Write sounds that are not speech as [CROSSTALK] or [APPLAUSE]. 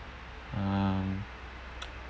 mm [NOISE]